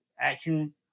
action